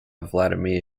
vladimir